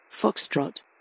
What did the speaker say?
Foxtrot